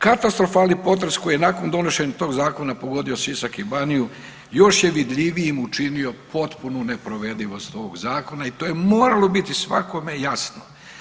Katastrofalni potres koji je nakon donošenja toga zakona pogodio Sisak i Baniju još je vidljivijim učinio potpunu neprovedivost ovoga Zakona i to je moralo biti svakome jasno.